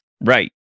right